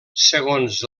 segons